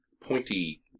Pointy